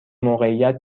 موقعیت